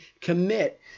commit